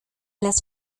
las